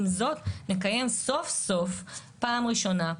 עם זאת, נקיים סוף-סוף, פעם ראשונה,